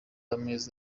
amezi